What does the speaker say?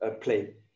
play